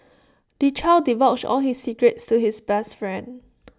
the child divulged all his secrets to his best friend